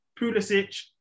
Pulisic